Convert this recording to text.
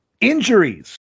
injuries